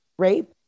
rape